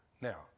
now